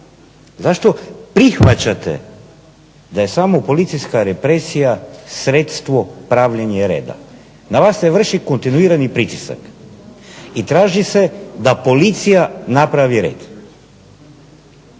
Zašto prihvaćate da je samo policijska represija sredstvo pravljenja reda? Na vas se vrši kontinuirani pritisak i traži se da policija napravi red.